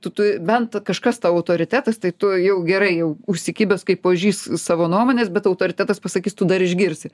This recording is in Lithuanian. tu tu bent kažkas tau autoritetas tai tu jau gerai jau užikibęs kaip ožys savo nuomonės bet autoritetas pasakys tu dar išgirsi